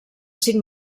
cinc